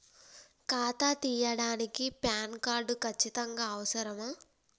ఖాతా తీయడానికి PAN card ఖచ్చితంగా అవసరమా?